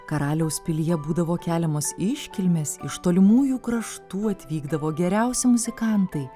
karaliaus pilyje būdavo keliamos iškilmės iš tolimųjų kraštų atvykdavo geriausi muzikantai